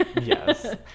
Yes